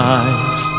eyes